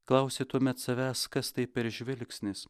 klausi tuomet savęs kas tai per žvilgsnis